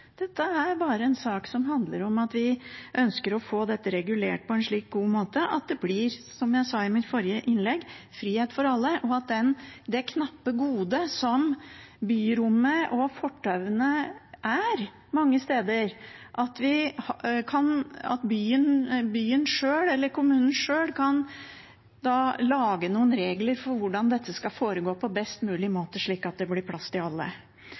Dette er en sak som handler om at vi bare ønsker å få det regulert på en så god måte at det blir – som jeg sa i mitt forrige innlegg – frihet for alle, og at når det gjelder det knappe godet som byrommet og fortauene er mange steder, kan byen sjøl eller kommunen sjøl lage noen regler for hvordan dette skal foregå på best mulig måte, slik at det blir plass til alle.